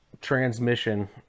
Transmission